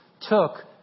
took